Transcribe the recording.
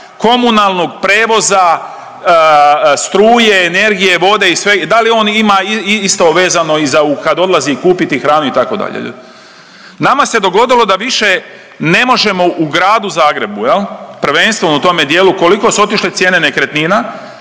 komunalnog, prijevoza, struje, energije, vode i svega da li on ima isto vezano i za kad odlazi kupiti hranu itd. Nama se dogodilo da više ne možemo u Gradu Zagrebu jel, prvenstveno u tome dijelu koliko su otišle cijene nekretnina